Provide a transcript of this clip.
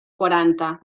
quaranta